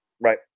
Right